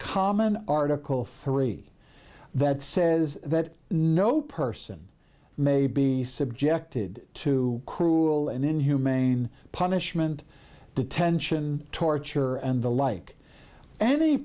common article three that says that no person may be subjected to cruel and inhumane punishment detention torture and the like any